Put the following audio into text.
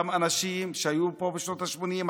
אותם אנשים שהיו פה בשנות השמונים,